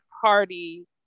party